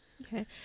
Okay